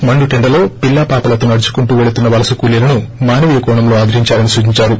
మండుటెండలో పిల్లా పాపలతో నడుచుకుంటూ వెళుతున్న వలస కూలీలను మానవీయ కోణంలో ఆదరిందాలని సూచిందారు